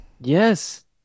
Yes